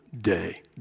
day